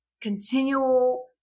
continual